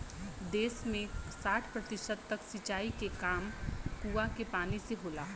देस में साठ प्रतिशत तक सिंचाई के काम कूंआ के पानी से होला